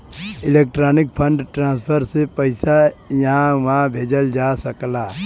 electronic fund transfer से पइसा इहां उहां भेजल जा सकला